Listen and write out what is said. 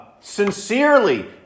sincerely